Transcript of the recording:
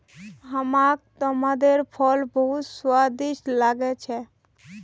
हमाक तमरिंदेर फल बहुत स्वादिष्ट लाग छेक